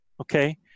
Okay